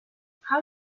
how